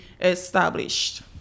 established